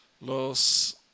Los